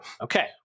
Okay